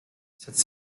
cette